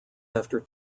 after